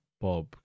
Bob